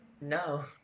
no